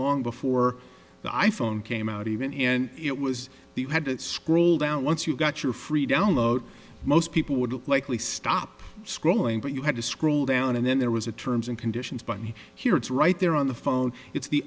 long before the i phone came out even and it was the you had to scroll down once you got your free download most people would look likely stop scrolling but you had to scroll down and then there was a terms and conditions by me here it's right there on the phone it's the